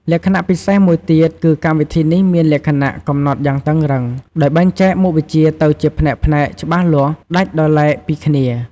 លក្ខណៈពិសេសមួយទៀតគឺកម្មវិធីនេះមានលក្ខណៈ កំណត់យ៉ាងតឹងរ៉ឹង ដោយបែងចែកមុខវិជ្ជាទៅជា ផ្នែកៗច្បាស់លាស់ ដាច់ដោយឡែកពីគ្នា។